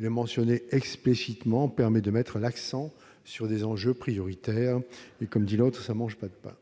les mentionner explicitement permet de mettre l'accent sur des enjeux prioritaires : comme dirait l'autre, cela ne mange pas de pain !